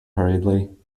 hurriedly